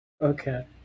Okay